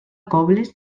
cobles